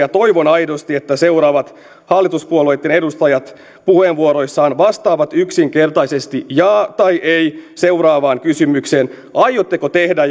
toivon aidosti että seuraavat hallituspuolueitten edustajat puheenvuoroissaan vastaavat yksinkertaisesti jaa tai ei seuraavaan kysymykseen aiotteko tehdä